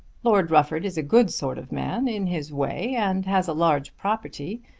lord rufford is a good sort of man in his way, and has a large property.